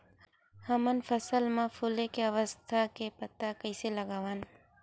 हमन फसल मा फुले के अवस्था के पता कइसे लगावन?